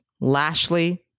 Lashley